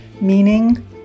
meaning